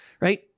right